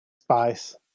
Spice